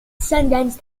sentence